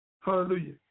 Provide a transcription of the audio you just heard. Hallelujah